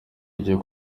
icyo